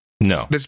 No